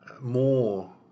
more